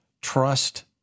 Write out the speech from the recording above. trust